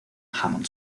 hammond